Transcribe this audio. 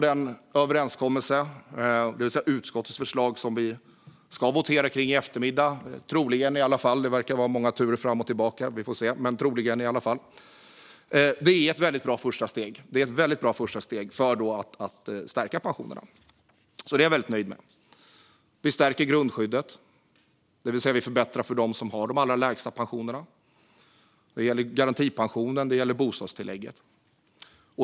Denna överenskommelse, det vill säga utskottets förslag som vi ska votera om i eftermiddag - troligen i alla fall; det verkar vara många turer fram och tillbaka, så vi får se - är ett väldigt bra första steg för att stärka pensionerna. Det är jag väldigt nöjd med. Vi stärker grundskyddet, det vill säga förbättrar för dem som har de allra lägsta pensionerna. Det gäller garantipensionen och bostadstillägget.